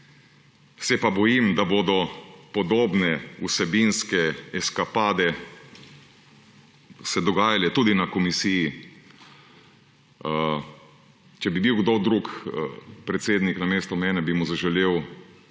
se pa bojim, da se bodo podobne vsebinske eskapade dogajale tudi na komisiji. Če bi bil kdo drug predsednik namesto mene, bi mu zaželel